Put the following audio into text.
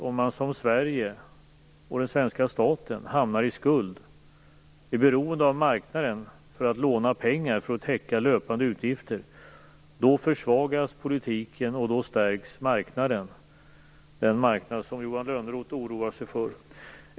Om man som Sverige och den svenska staten hamnar i skuld och blir beroende av marknaden för att låna pengar till att täcka löpande utgifter då försvagas politiken och marknaden stärks - den marknad som Johan Lönnroth oroar sig för.